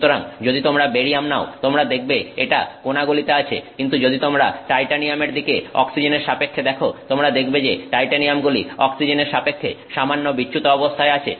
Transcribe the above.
সুতরাং যদি তোমরা বেরিয়াম নাও তোমরা দেখবে এটা কোনাগুলিতে আছে কিন্তু যদি তোমরা টাইটানিয়ামের দিকে অক্সিজেনের সাপেক্ষে দেখো তোমরা দেখবে যে টাইটানিয়ামগুলি অক্সিজেনের সাপেক্ষে সামান্য বিচ্যুত অবস্থায় আছে